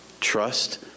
Trust